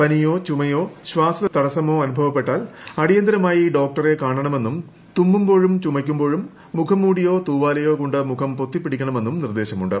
പനിയോ ചുമയോ ശ്വാസതടസ്സമോ അനുഭവപ്പെട്ടാൽ അടിയന്തരമായി ഡോക്ടറെ കാണണമെന്നും തുമ്മുമ്പോഴും ചുമയ്ക്കുമ്പോഴും മുഖംമൂടിയോ തൂവാലയോ കൊണ്ട് മുഖം പൊത്തിപ്പിടിക്കണമെന്നും നിർദ്ദേശമുണ്ട്